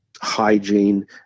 hygiene